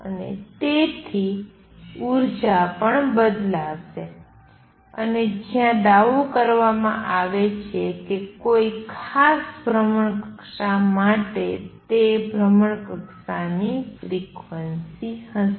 અને તેથી ઉર્જા પણ બદલાશે અને જ્યાં દાવો કરવામાં આવે છે કે કોઈ ખાસ ભ્રમણકક્ષા માટે તે ભ્રમણકક્ષાની ફ્રિક્વન્સી હશે